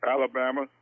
Alabama